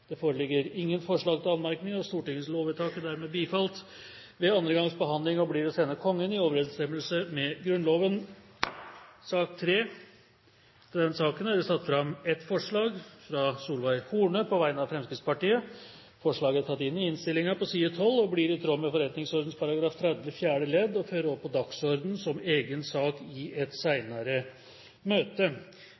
Det foreligger ingen forslag til anmerkning. Stortingets vedtak er dermed bifalt ved annen gangs behandling og blir å sende Kongen i overensstemmelse med Grunnloven. Til denne saken har Solveig Horne satt fram et forslag på vegne av Fremskrittspartiet. Forslaget lyder: «Stortinget ber regjeringen fremme et lovforslag som gjør det mulig å kreve uttømmende barneomsorgsattester av støttekontakter og andre som har tilsvarende jevnlig og nær kontakt med barn.» Forslaget blir i tråd med forretningsordenens § 30 fjerde ledd å føre opp på dagsordenen som